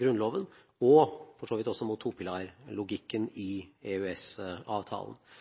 Grunnloven og for så vidt også mot topilarlogikken i